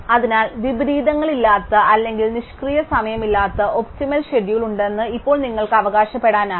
അതിനാൽ വിപരീതങ്ങളില്ലാത്ത അല്ലെങ്കിൽ നിഷ്ക്രിയ സമയമില്ലാത്ത ഒപ്റ്റിമൽ ഷെഡ്യൂൾ ഉണ്ടെന്ന് ഇപ്പോൾ നിങ്ങൾക്ക് അവകാശപ്പെടാനായാൽ